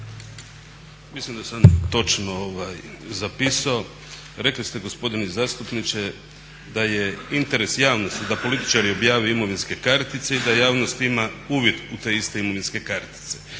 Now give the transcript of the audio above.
Mislim da sam točno zapisao, rekli ste gospodine zastupniče da je interes javnosti da političari objave imovinske kartice i da javnost ima uvid u te iste imovinske kartice.